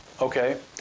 okay